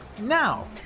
Now